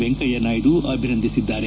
ವೆಂಕಯ್ಯನಾಯ್ಡು ಅಭಿನಂದಿಸಿದ್ದಾರೆ